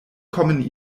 kommen